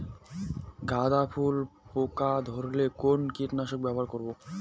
গাদা ফুলে পোকা ধরলে কোন কীটনাশক ব্যবহার করব?